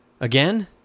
again